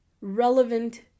relevant